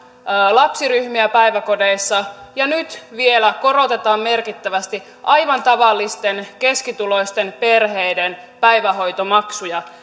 lapsiryhmiä päiväkodeissa ja nyt vielä korotetaan merkittävästi aivan tavallisten keskituloisten perheiden päivähoitomaksuja